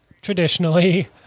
traditionally